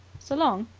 so long,